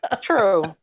true